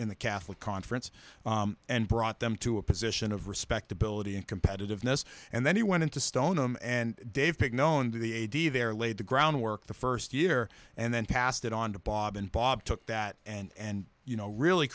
in the catholic conference and brought them to a position of respectability and competitiveness and then he went into stoneham and dave pick known to the a d there laid the groundwork the first year and then passed it on to bob and bob took that and you know really